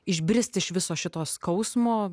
išbrist iš viso šito skausmo